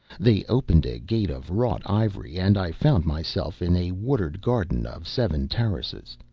they opened a gate of wrought ivory, and i found myself in a watered garden of seven terraces.